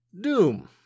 Doom